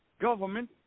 government